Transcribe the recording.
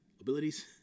abilities